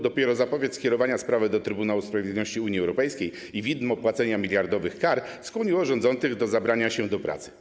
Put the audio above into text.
Dopiero zapowiedź skierowania sprawy do Trybunału Sprawiedliwości Unii Europejskiej i widmo płacenia miliardowych kar skłoniły rządzących do zabrania się do pracy.